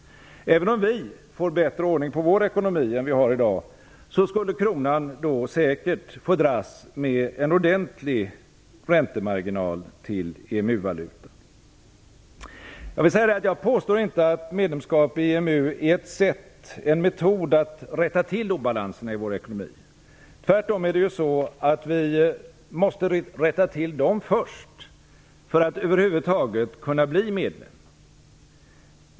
Även om vi får bättre ordning på vår ekonomi än vad vi har i dag, skulle kronan säkert få dras med en ordentlig räntemarginal till EMU-valutan. Jag påstår inte att medlemskap i EMU är ett sätt, en metod, att rätta till obalanserna i vår ekonomi. Tvärtom måste vi rätta till dem först för att över huvud taget kunna bli medlem.